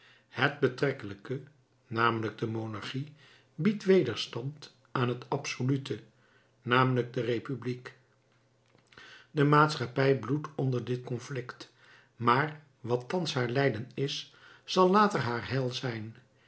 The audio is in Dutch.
het betrekkelijke namelijk de monarchie biedt wederstand aan het absolute namelijk de republiek de maatschappij bloedt onder dit conflict maar wat thans haar lijden is zal later haar heil zijn